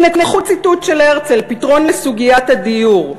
הנה, קחו ציטוט של הרצל, פתרון לסוגיית הדיור.